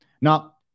Now